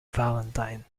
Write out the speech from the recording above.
ballantine